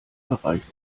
bereich